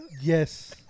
Yes